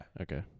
Okay